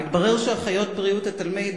מתברר שאחיות בריאות התלמיד